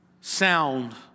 sound